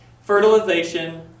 fertilization